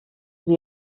sie